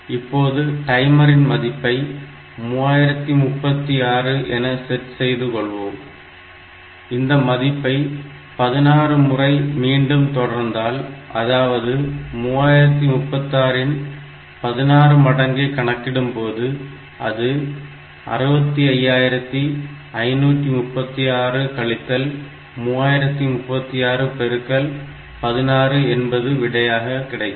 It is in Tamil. இப்போது டைமரின் மதிப்பை 3036 என செட் செய்து கொள்வோம் இந்த மதிப்பை 16 முறை மீண்டும் தொடர்ந்தால் அதாவது 3036 இன் 16 மடங்கை கணக்கிடும்போது அது 65536 கழித்தல் 3036 பெருக்கல் 16 என்பது விடையாக 16 கிடைக்கும்